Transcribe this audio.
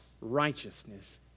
righteousness